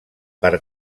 per